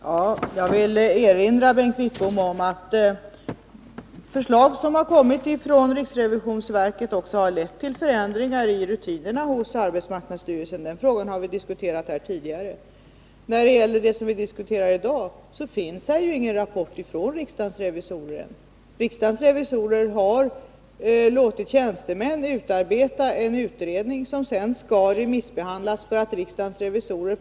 Herr talman! Jag vill erinra Bengt Wittbom om att förslag som kommit från riksrevisionsverket också lett till förändringar i rutinerna hos arbetsmarknadsstyrelsen — den frågan har vi diskuterat här tidigare. Beträffande det som vi diskuterar i dag finns det ingen rapport från riksdagens revisorer än. Revisorerna har låtit tjänstemän utarbeta en utredning som sedan skall remissbehandlas riksdagens revisorer.